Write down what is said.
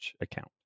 account